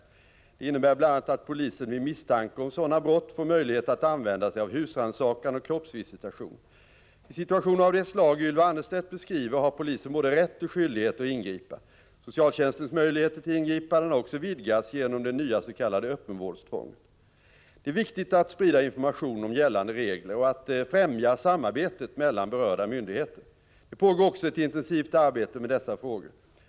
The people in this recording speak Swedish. Detta innebär bl.a. att polisen vid misstanke om sådana brott fått möjlighet att använda sig av husrannsakan och kroppsvisitation. Vid situationer av det slag Ylva Annerstedt beskriver har polisen både rätt och skyldighet att ingripa. Socialtjänstens möjligheter till ingripanden har också vidgats genom det nya s.k. öppenvårdstvånget. Det är viktigt att sprida information om gällande regler och att främja samarbetet mellan berörda myndigheter. Det pågår också ett intensivt arbete med dessa frågor.